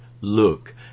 look